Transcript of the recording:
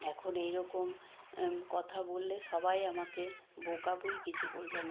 এখন এই রকম কথা বললে সবাই আমাকে বোকা বোই কিছু বলবে না